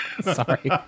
Sorry